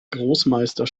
großmeister